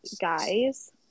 guys